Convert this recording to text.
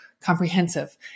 comprehensive